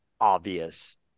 obvious